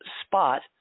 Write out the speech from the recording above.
spot